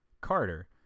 Carter